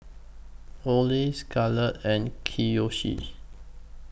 Ole Scarlett and Kiyoshi